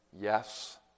Yes